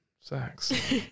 sex